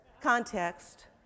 context